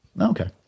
Okay